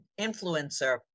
influencer